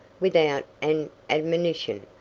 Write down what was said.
without an admonition,